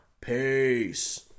Peace